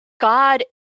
God